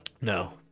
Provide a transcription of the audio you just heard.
No